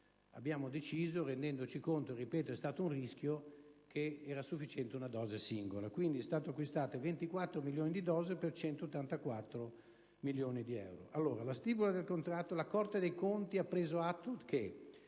siamo resi conto - ripeto: è stato un rischio - che era sufficiente una dose singola. Quindi, sono state acquistate 24 milioni di dosi, per 184 milioni di euro. La Corte dei conti ha preso atto che